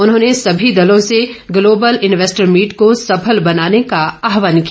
उन्होंने समी दलों से ग्लोबल इन्वेस्टर मीट को सफल बनाने का आहवान किया